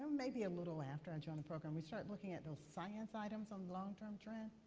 maybe a little after i joined the program, we started looking at those science items on the long term trend.